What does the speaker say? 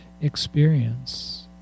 experience